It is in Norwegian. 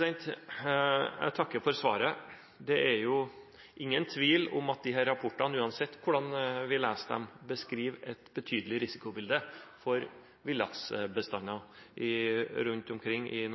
gjøre. Jeg takker for svaret. Det er jo ingen tvil om at disse rapportene, uansett hvordan vi leser dem, beskriver et betydelig risikobilde for villaksbestander rundt omkring i